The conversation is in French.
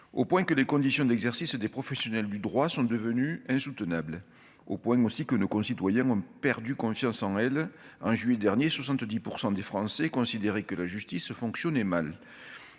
au point que les conditions d'exercice des professionnels du droit sont devenues insoutenables. Au point, aussi, que nos concitoyens ont perdu confiance en elle : en juillet dernier, 70 % des Français considéraient que la justice fonctionnait mal.